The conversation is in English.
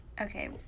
Okay